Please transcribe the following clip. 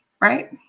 right